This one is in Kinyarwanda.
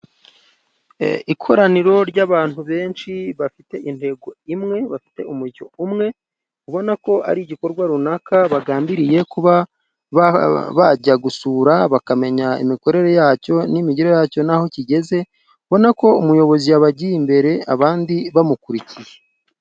Ikoraniro ry'abantu benshi bafite intego imwe ,bafite umujyo umwe, ubona ko ari igikorwa runaka bagambiriye kuba bajya gusura bakamenya imikorere yacyo, n'imigirire yacyo n'aho kigeze, urabona ko umuyobozi yabagiye imbere abandi bamukurikiye.